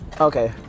Okay